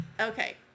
Okay